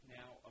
now